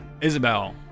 Isabel